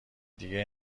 دیگه